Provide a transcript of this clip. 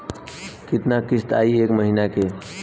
कितना किस्त आई एक महीना के?